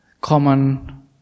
common